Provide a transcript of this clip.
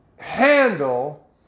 handle